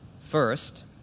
First